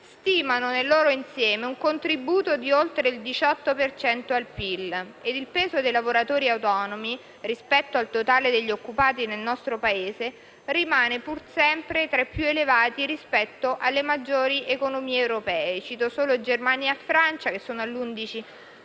stimano nel loro insieme un contributo di oltre il 18 per cento al PIL e il peso dei lavoratori autonomi, rispetto al totale degli occupati nel nostro Paese, rimane pur sempre tra i più elevati rispetto alle maggiori economie europee; cito solo Germania e Francia che sono all'11